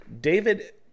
David